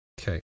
Okay